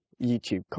YouTube